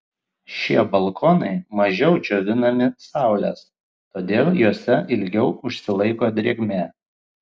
šie balkonai mažiau džiovinami saulės todėl juose ilgiau užsilaiko drėgmė